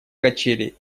качели